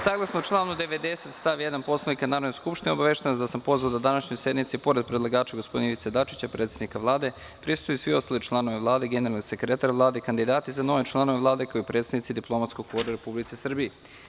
Saglasno članu 90. stav 1. Poslovnika Narodne skupštine, obaveštavam vas da sam pozvao da današnjoj sednici, pored predlagača, gospodina Ivice Dačića, predsednika Vlade, prisustvujui svi ostali članovi Vlade, generalni sekretar Vlade, kandidati za nove članove Vlade, kao i predstavnici diplomatskog kora u Republici Srbiji.